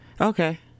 Okay